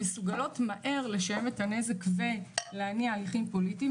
שמסוגלות לשיים את הנזק ולהניע הליכים פוליטיים.